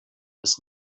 bis